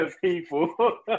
people